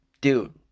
dude